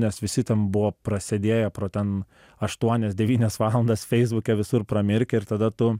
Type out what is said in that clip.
nes visi ten buvo prasėdėję pro ten aštuonias devynias valandas feisbuke visur pramirkę ir tada tu